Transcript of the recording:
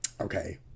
Okay